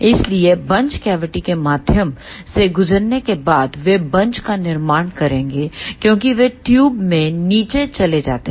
इसलिए bunch cavity के माध्यम से गुजरने के बाद वे बंच का निर्माण करेंगे क्योंकि वे ट्यूब में नीचे चले जाते हैं